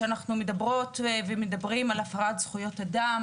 כשאנחנו מדברים על הפרת זכויות אדם,